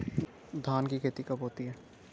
धान की खेती कब होती है?